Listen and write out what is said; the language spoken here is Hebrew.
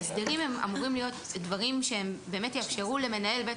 ההסדרים אמורים להיות דברים שיאפשרו למנהל בית